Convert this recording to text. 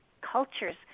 cultures